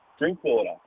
Drinkwater